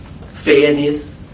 fairness